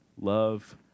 love